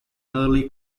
early